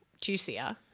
juicier